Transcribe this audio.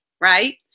Right